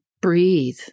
breathe